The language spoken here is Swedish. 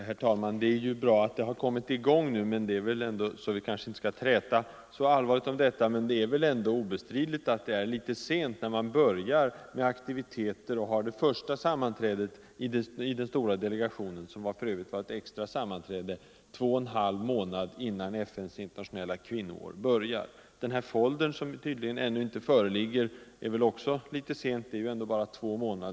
Herr talman! Det är bra att förberedelserna nu har kommit i gång, och därför bör vi kanske inte föra någon allvarligare träta om detta. Men det är obestridligt att det är litet väl sent att börja med aktiviteterna och hålla det första sammanträdet i den stora delegationen — vilket för övrigt var ett extra sammanträde — bara två och en halv månad innan FN:s internationella kvinnoår skall börja. Den här foldern, som tydligen ännu inte föreligger färdig, är också sen, eftersom det nu bara återstår ett par månader.